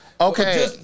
Okay